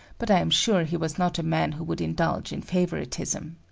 but i am sure he was not a man who would indulge in favoritism.